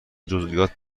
جزییات